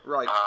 Right